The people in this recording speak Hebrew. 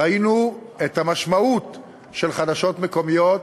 ראינו את המשמעות של חדשות מקומיות,